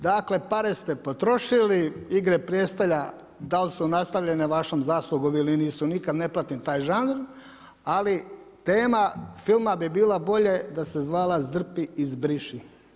Dakle, pare ste potrošili, „Igre prijestolja“ da li su nastavljene vašom zaslugom ili nisu nikad ne pratim taj žanr ali tema filma bi bila bolje da se zvala zdrpi i zbriši.